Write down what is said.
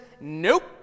Nope